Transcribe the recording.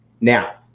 now